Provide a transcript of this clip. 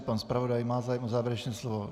Pan zpravodaj má zájem o závěrečné slovo?